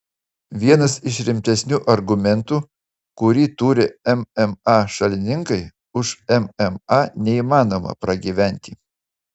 vienas iš rimtesnių argumentų kurį turi mma šalininkai už mma neįmanoma pragyventi